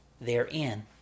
therein